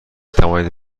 توانید